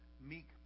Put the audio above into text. meek